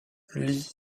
lee